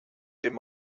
dem